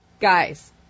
Guys